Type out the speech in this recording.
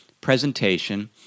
presentation